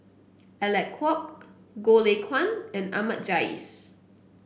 Alec Kuok Goh Lay Kuan and Ahmad Jais